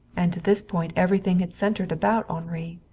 and to this point everything had centered about henri.